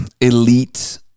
elite